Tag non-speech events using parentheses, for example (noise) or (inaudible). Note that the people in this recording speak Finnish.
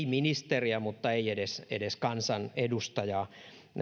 (unintelligible) ministeriä mutta ei edes hallituspuolueen kansanedustajaa